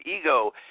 ego